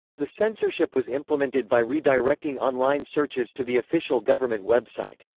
the censorship was implemented by redirecting online searches to the official government website.